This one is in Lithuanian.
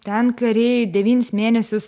ten kariai devynis mėnesius